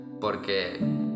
porque